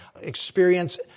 experience